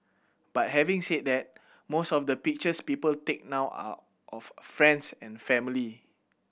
but having said that most of the pictures people take now are of friends and family